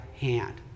hand